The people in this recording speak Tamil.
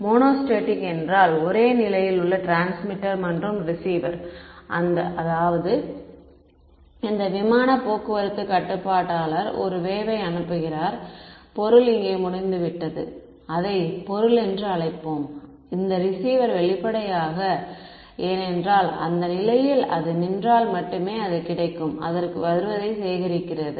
எனவே மோனோஸ்டேடிக் என்றால் ஒரே நிலையில் உள்ள டிரான்ஸ்மிட்டர் மற்றும் ரிசீவர் அந்த அதாவது இந்த விமானப் போக்குவரத்துக் கட்டுப்பாட்டாளர் ஒரு வேவ் யை அனுப்புகிறார் பொருள் இங்கே முடிந்துவிட்டது அதை பொருள் என்று அழைப்போம் இந்த ரிசீவர் வெளிப்படையாக ஏனென்றால் அந்த நிலையில் அது நின்றால் மட்டுமே அது கிடைக்கும் அதற்கு வருவதை சேகரிக்கிறது